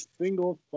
single